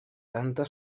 tanta